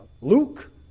Luke